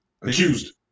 accused